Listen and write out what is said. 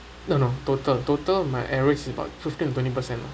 no no total total my average is about fifteen to twenty percent lah